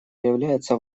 является